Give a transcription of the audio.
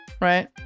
right